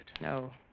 No